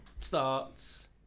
starts